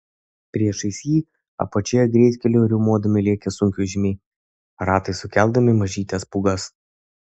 priešais jį apačioje greitkeliu riaumodami lėkė sunkvežimiai ratais sukeldami mažytes pūgas